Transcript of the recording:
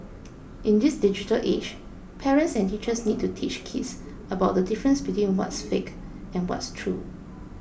in this digital age parents and teachers need to teach kids about the difference between what's fake and what's true